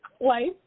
life